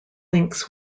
links